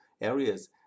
areas